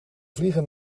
vliegen